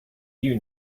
you